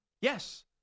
Yes